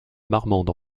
marmande